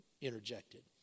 interjected